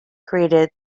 created